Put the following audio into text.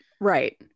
Right